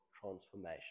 transformation